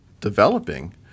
developing